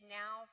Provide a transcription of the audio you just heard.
now